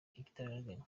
igitaraganya